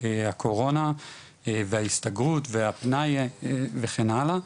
הקורונה וההסתגרות והפנאי וכן הלאה.